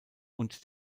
und